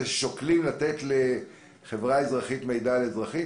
ששוקלים לתת לחברה אזרחית מידע על אזרחים?